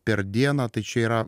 per dieną tai čia yra